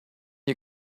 you